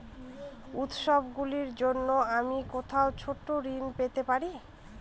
উত্সবগুলির জন্য আমি কোথায় ছোট ঋণ পেতে পারি?